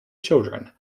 children